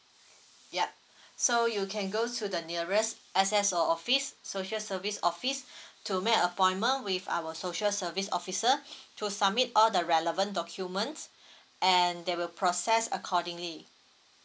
yup so you can go to the nearest S_S_O office social service office to make appointment with our social service officer to submit all the relevant documents and they will process accordingly